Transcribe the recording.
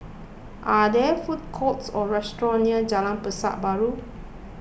are there food courts or restaurants near Jalan Pasar Baru